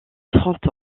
trente